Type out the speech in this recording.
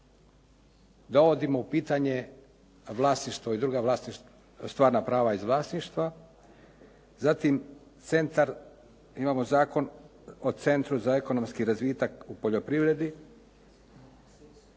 dovodimo u pitanje vlasništvo i druga prava iz vlasništva, zatim centar, imamo Zakon o centru za ekonomski razvitak u poljoprivredi,